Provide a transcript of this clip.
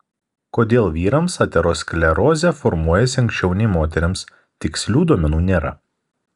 kodėl vyrams aterosklerozė formuojasi anksčiau nei moterims tikslių duomenų nėra